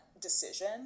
decision